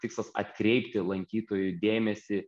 tikslas atkreipti lankytojų dėmesį